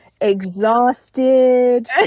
exhausted